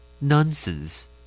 Nonsense